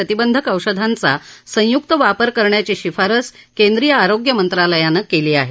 प्रतिबंधक औषधांचा संयुक्त वापर करण्याची शिफारस केंद्रीय आरोग्य मंत्रालयानं केली आहे